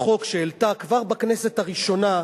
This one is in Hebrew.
חוק שהיא העלתה כבר בכנסת הראשונה,